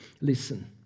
Listen